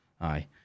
aye